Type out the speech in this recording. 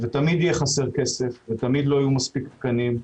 ותמיד יהיה חסר כסף ותמיד לא יהיו מספיק תקנים,